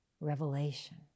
revelation